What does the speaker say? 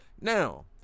Now